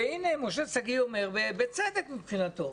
והנה משה שגיא אומר ובצדק מבחינתו,